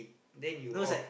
then you